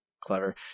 Clever